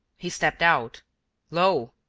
he stepped out lo!